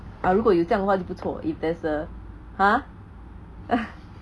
uh 如果有这样的话就不错 if there's a !huh!